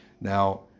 Now